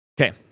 Okay